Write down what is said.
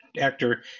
actor